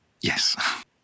Yes